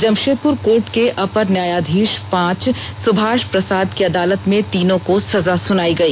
Jamshedpur court के अपर न्यायाधीश पांच सुभाष प्रसाद की अदालत में तीनों को सजा सुनाई गई